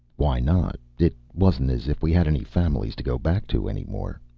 why not? it wasn't as if we had any families to go back to any more.